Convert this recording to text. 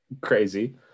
Crazy